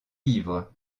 livres